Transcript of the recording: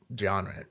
genre